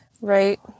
Right